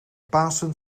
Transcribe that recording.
pasen